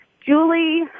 Julie